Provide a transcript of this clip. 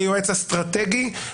ביועץ אסטרטגי,